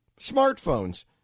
smartphones